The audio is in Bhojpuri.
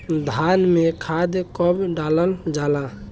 धान में खाद कब डालल जाला?